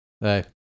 Hey